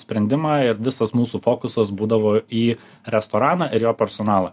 sprendimą ir visas mūsų fokusas būdavo į restoraną ir jo personalą